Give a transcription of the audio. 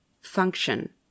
function